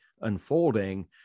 unfolding